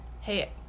hey